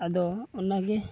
ᱟᱫᱚ ᱚᱱᱟᱜᱮ